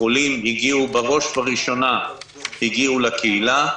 החולים בראש ובראשונה הגיעו לקהילה,